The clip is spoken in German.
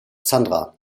sandra